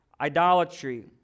idolatry